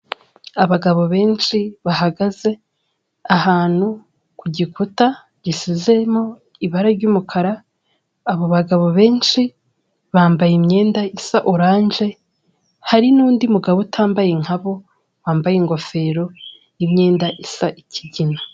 Abagabo benshi bahagaze ahantu ku gikuta gisizemo ibara ry'umukara. Abo bagabo benshi bambaye imyenda isa oranje. Hari n'undi mugabo utambaye nkabo wambaye ingofero n'imyenda isa ikigina.